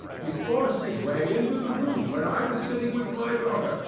he forced his way into the room, where i was sitting with my daughter,